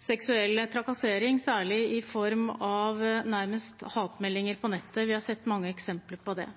seksuell trakassering, særlig i form av nærmest hatmeldinger på nettet. Vi har sett mange eksempler på det.